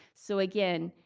so again,